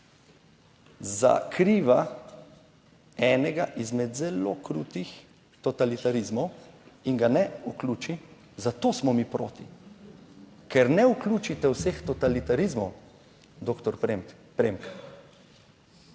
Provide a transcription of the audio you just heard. zakriva enega izmed zelo krutih totalitarizmov. In ga ne vključi in zato smo mi proti. Ker ne vključite vseh totalitarizmov, doktor Premk.